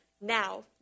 now